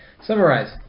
summarize